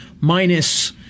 minus